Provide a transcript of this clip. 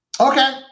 Okay